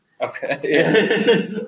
Okay